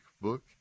book